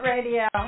Radio